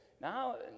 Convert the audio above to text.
Now